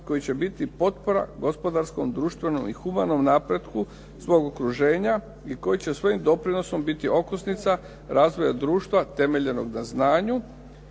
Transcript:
koji će biti potpora gospodarskom, društvenom i humanom napretku svog okruženja i koji će svojim doprinosom biti okosnica razvoja društva temeljenog na znanju.